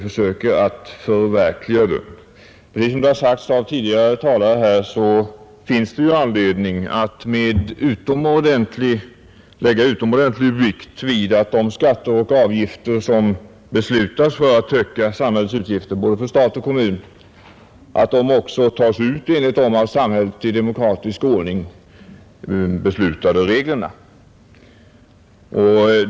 Precis som det har sagts av tidigare talare finns det anledning att lägga utomordentlig vikt vid att de skatter och avgifter som beslutats för att täcka samhällets utgifter — både statens och kommunernas — också tas ut enligt de av samhället i demokratisk ordning fastställda reglerna.